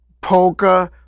polka